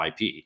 IP